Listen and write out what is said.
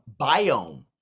biome